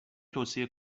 توصیه